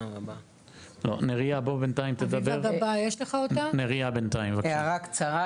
הערה קצרה.